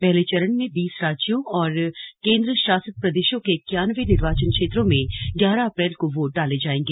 पहले चरण में बीस राज्यों और केंद्र शासित प्रदेशों के इक्यानवे निर्वाचन क्षेत्रों में ग्यारह अप्रैल को वोट डाले जाएंगे